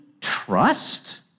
trust